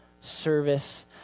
service